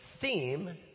theme